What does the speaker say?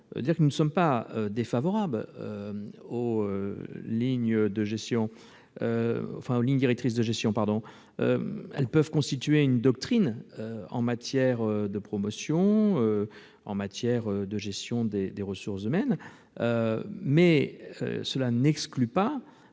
Nous ne sommes pas défavorables aux lignes directrices de gestion, qui peuvent constituer une doctrine en matière de promotion ou de gestion des ressources humaines. Pour autant, cela n'exclut pas